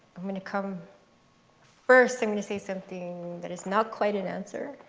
i'm going to come first, i'm going to say something that is not quite an answer,